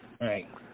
right